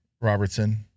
Robertson